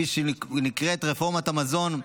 שנקראת רפורמת המזון,